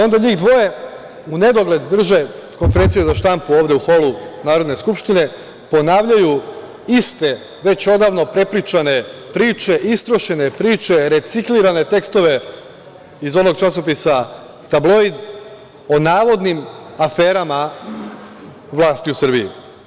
Onda njih dvoje u nedogled drže konferencije za štampu ovde u holu Narodne skupštine, ponavljaju iste, već odavno prepričane priče, istrošene priče, reciklirane tekstove iz onog časopisa „Tabloid“ o navodnim aferama vlasti u Srbiji.